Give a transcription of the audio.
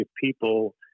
people